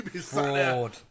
Fraud